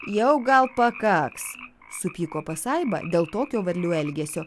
jau gal pakaks supyko pasaiba dėl tokio varlių elgesio